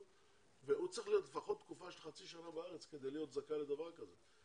הוא צריך להיות תקופה של לפחות חצי שנה בארץ כדי להיות זכאי לדבר כזה.